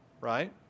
Right